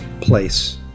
place